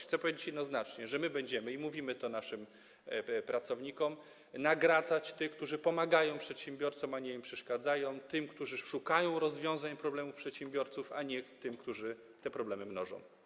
Chcę powiedzieć jednoznacznie, że my będziemy, i mówimy to naszym pracownikom, nagradzać tych, którzy pomagają przedsiębiorcom, a nie im przeszkadzają, tych, którzy szukają rozwiązań problemów przedsiębiorców, a nie tych, którzy te problemy mnożą.